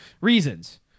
reasons